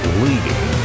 leading